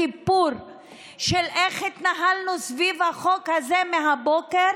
הסיפור של איך שהתנהלנו סביב החוק הזה מהבוקר